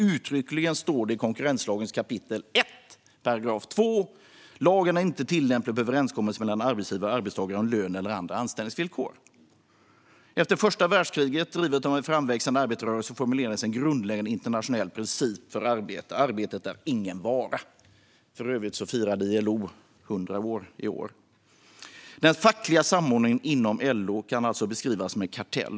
Uttryckligen står det i konkurrenslagen 1 kap. 2 §: "Lagen är inte tillämplig på överenskommelser mellan arbetsgivare och arbetstagare om lön eller andra anställningsvillkor." Efter första världskriget formulerades, drivet av en framväxande arbetarrörelse, en grundläggande internationell princip för arbete: Arbetet är ingen vara. För övrigt firar ILO 100 år i år. Den fackliga samordningen inom LO kan alltså beskrivas som en kartell.